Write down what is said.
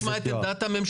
בוא נשמע את עמדת הממשלה.